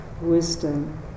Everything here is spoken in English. wisdom